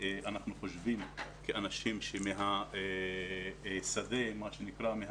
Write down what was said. אנחנו חושבים כאנשים מהשדה שחיים את